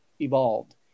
evolved